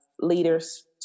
leaders